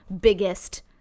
biggest